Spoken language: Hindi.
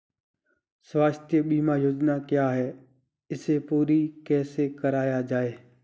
स्वास्थ्य बीमा योजना क्या है इसे पूरी कैसे कराया जाए?